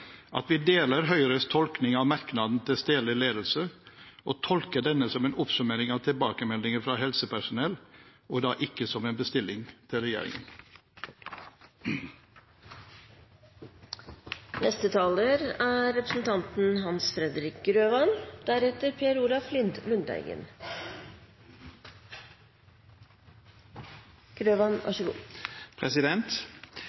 at vi deler Høyres tolkning av merknaden til stedlig ledelse og tolker denne som en oppsummering av tilbakemeldinger fra helsepersonell og ikke som en bestilling fra regjeringen. Mitt innlegg vil gå spesielt på den delen av undersøkelsen som heter Status for gjennomføring av omstillingsoppdraget til